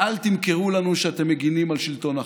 אל תמכרו לנו שאתם מגינים על שלטון החוק.